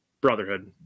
brotherhood